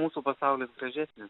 mūsų pasaulis gražesnis